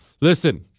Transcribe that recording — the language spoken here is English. listen